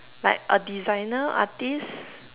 like a designer artist